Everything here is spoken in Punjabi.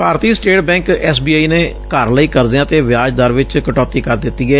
Bharatiya state bank S B I ਨੇ ਘਰ ਲਈ ਕਰਜ਼ਿਆਂ ਤੇ ਵਿਆਜ ਦਰ ਚ ਕਟੌਤੀ ਕਰ ਦਿੱਤੀ ਏ